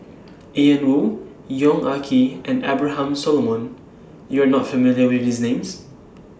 Ian Woo Yong Ah Kee and Abraham Solomon YOU Are not familiar with These Names